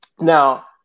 now